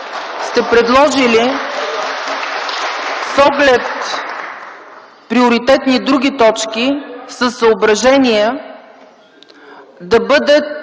сте предложили, с оглед приоритетни други точки, съображения да бъдат